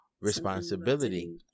responsibility